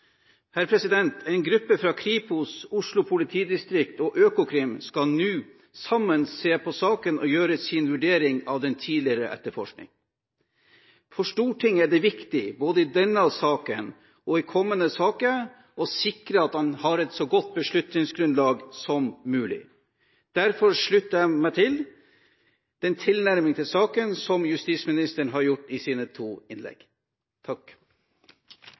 En gruppe fra Kripos, Oslo politidistrikt og Økokrim skal nå sammen se på saken og gjøre sin vurdering av den tidligere etterforskning. For Stortinget er det viktig, både i denne saken og i kommende saker, å sikre at man har et så godt beslutningsgrunnlag som mulig. Derfor slutter jeg meg til den tilnærming til saken som justisministeren har gjort i sine to innlegg.